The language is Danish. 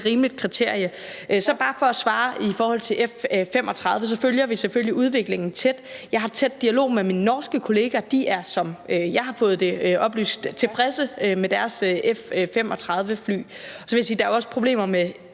rimeligt kriterie. Så vil jeg sige for at svare på det med F-35, at vi selvfølgelig følger udviklingen tæt. Jeg har en tæt dialog med min norske kollega, og de er, sådan som jeg har fået det oplyst, tilfredse med deres F-35-fly. Og så vil jeg sige, at der også er problemer med